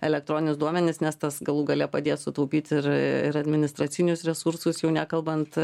elektroninius duomenis nes tas galų gale padės sutaupyt ir ir administracinius resursus jau nekalbant